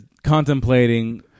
contemplating